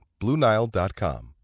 BlueNile.com